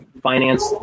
finance